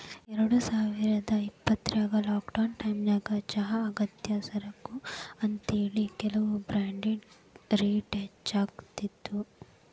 ಎರಡುಸಾವಿರದ ಇಪ್ಪತ್ರಾಗ ಲಾಕ್ಡೌನ್ ಟೈಮಿನ್ಯಾಗ ಚಹಾ ಅಗತ್ಯ ಸರಕು ಅಂತೇಳಿ, ಕೆಲವು ಬ್ರಾಂಡ್ಗಳ ರೇಟ್ ಹೆಚ್ಚಾಗಿದ್ವು